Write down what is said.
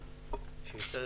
שיסתדר,